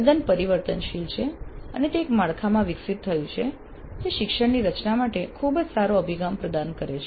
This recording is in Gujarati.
તદ્દન પરિવર્તનશીલ અને તે એક માળખામાં વિકસિત થયું છે જે શિક્ષણની રચના કરવા માટે ખૂબ જ સારો અભિગમ પ્રદાન કરે છે